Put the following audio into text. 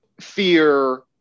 fear